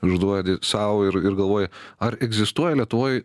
užduodi sau ir ir galvoji ar egzistuoja lietuvoj